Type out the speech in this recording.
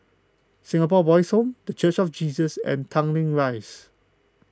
Singapore Boys' Home the Church of Jesus and Tanglin Rise